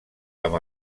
amb